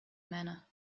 manner